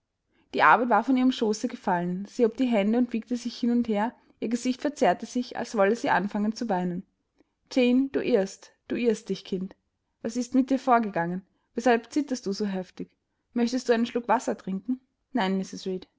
die arbeit war von ihrem schoße gefallen sie erhob die hände und wiegte sich hin und her ihr gesicht verzerrte sich als wolle sie anfangen zu weinen jane du irrst du irrst dich kind was ist mit dir vorgegangen weshalb zitterst du so heftig möchtest du einen schluck wasser trinken nein